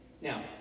Now